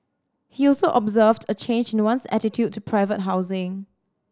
he also observed a change in one's attitude to private housing